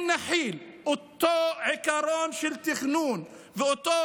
אם נחיל את אותו עיקרון של תכנון ואת אותו